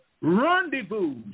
rendezvous